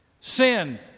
sin